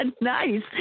nice